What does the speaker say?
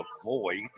avoid